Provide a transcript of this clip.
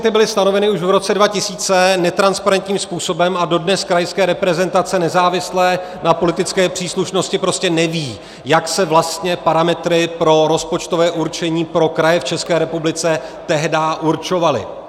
Ty koeficienty byly stanoveny už v roce 2000 netransparentním způsobem a dodnes krajská reprezentace, nezávisle na politické příslušnosti, prostě neví, jak se vlastně parametry pro rozpočtové určení pro kraje v České republice tehdy určovaly.